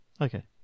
Okay